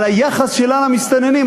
על היחס שלה למסתננים.